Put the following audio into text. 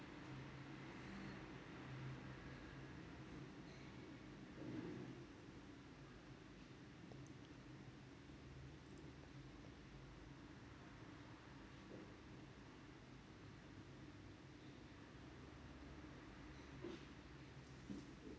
well